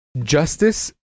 Justice